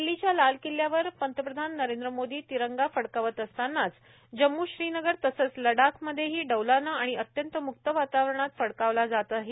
दिल्लीच्या लाल किल्ल्यावर पंतप्रधान नरेंद्र मोदी तिरंगा फडकावत असतानाच जम्मू श्रीनगर तसेच लडाख मध्येही डौलाने आणि अत्यंत मुक्त वातावरणात फडकावला जात आहे